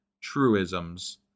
truisms